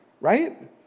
right